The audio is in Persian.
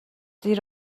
زیر